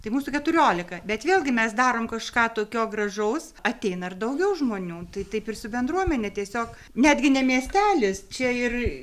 tai mūsų keturiolika bet vėlgi mes darom kažką tokio gražaus ateina ir daugiau žmonių tai taip ir su bendruomene tiesiog netgi ne miestelis čia ir